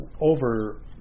over